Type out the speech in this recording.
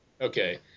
Okay